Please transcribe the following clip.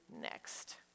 next